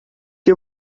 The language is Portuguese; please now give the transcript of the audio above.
que